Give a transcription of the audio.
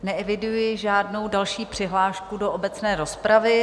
Neeviduji žádnou další přihlášku do obecné rozpravy.